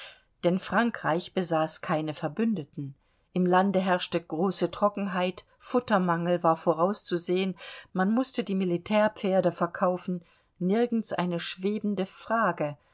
denn frankreich besaß keine verbündeten im lande herrschte große trockenheit futtermangel war vorauszusehen man mußte die militärpferde verkaufen nirgends eine schwebende frage